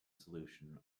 solution